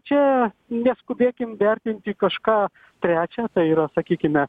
čia neskubėkim vertinti kažką trečią tai yra sakykime